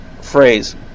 phrase